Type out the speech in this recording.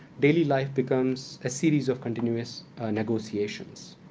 daily life becomes a series of continuous negotiations.